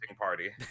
party